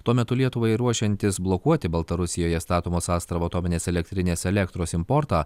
tuo metu lietuvai ruošiantis blokuoti baltarusijoje statomos astravo atominės elektrinės elektros importą